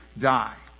die